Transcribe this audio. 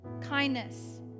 Kindness